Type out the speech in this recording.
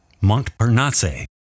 Montparnasse